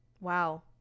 Wow